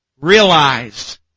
realized